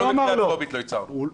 אפילו בקריאה טרומית לא הצהרנו.